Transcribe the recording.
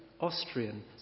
Austrian